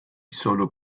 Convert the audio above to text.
solo